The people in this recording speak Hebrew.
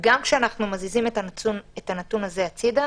גם כשאנחנו מזיזים את הנתון הזה הצידה,